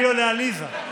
בהאזנה מלאה לי או לעליזה?